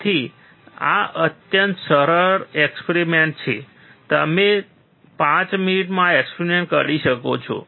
તેથી આ અત્યંત સરળ એક્સપેરિમેન્ટ છે અને તમે 5 મિનિટમાં આ એક્સપેરિમેન્ટ કરી શકો છો